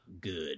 good